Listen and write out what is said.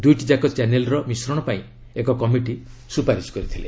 ଦୁଇଟିଯାକ ଚ୍ୟାନେଲର ମିଶ୍ରଣ ପାଇଁ ଏକ କମିଟି ସୁପାରିଶ କରିଥିଲେ